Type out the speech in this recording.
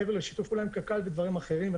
מעבר לשיתוף פעולה עם קק"ל ודברים אחרים,